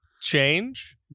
change